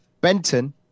Benton